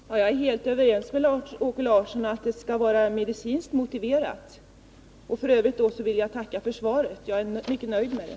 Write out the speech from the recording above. Herr talman! Jag är helt överens med Lars-Åke Larsson om att detta skall vara medicinskt motiverat. F. ö. vill jag tacka för svaret — jag är mycket nöjd med det.